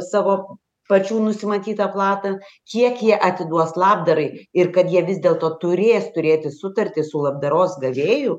savo pačių nusimatytą platą kiek jie atiduos labdarai ir kad jie vis dėlto turės turėti sutartį su labdaros gavėju